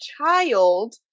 child